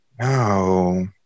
no